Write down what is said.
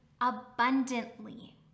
abundantly